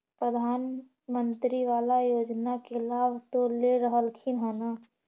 प्रधानमंत्री बाला योजना के लाभ तो ले रहल्खिन ह न?